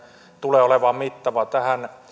tulee olemaan mittava tähän